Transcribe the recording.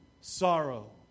sorrow